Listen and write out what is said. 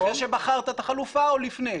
אחרי שבחרת את החלופה או לפני?